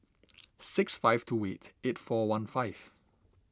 six five two weight eight four one five